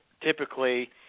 typically